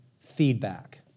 feedback